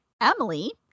Emily